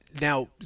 Now